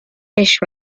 fish